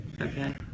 Okay